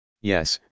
Yes